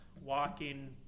walking